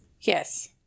Yes